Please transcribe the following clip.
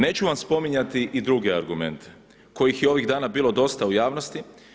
Neću vam spominjati i druge argumente kojih je ovih dana bilo dosta u javnosti.